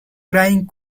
crying